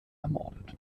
ermordet